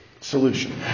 solution